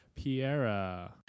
Piera